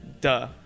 Duh